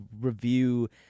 review